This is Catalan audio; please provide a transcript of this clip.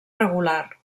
regular